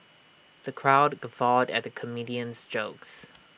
the crowd guffawed at the comedian's jokes